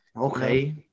Okay